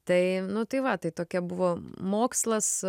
tai nu tai va tai tokia buvo mokslas